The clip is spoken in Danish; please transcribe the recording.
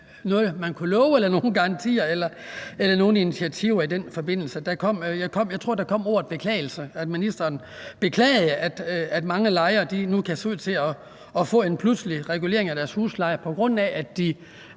noget, man kunne love, eller med nogen garantier eller nogen initiativer i den forbindelse. Jeg tror, at der kom ordet beklagelser, altså at ministeren beklagede, at mange lejere nu kan se frem til at få en pludselig regulering af deres husleje, på grund af at de